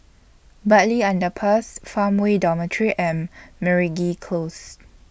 Bartley Underpass Farmway Dormitory and Meragi Close